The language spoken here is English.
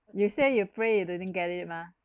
you say you pray you didn't get it mah